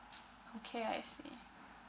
okay I see